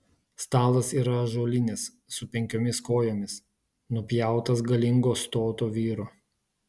stalas yra ąžuolinis su penkiomis kojomis nupjautas galingo stoto vyro